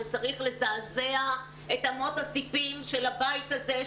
זה צריך לזעזע את אמות הסיפים של הבית הזה,